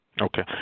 Okay